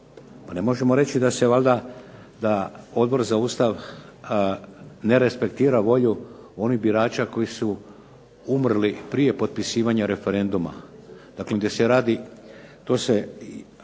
ne možemo reći valjda da Odbor za Ustav ne respektira volju onih birača koji su umrli prije potpisivanja referenduma. Dakle, to se zanemaruje ...